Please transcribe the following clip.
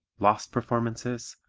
lost performances,